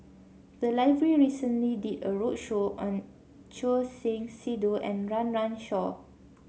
the library recently did a roadshow on Choor Singh Sidhu and Run Run Shaw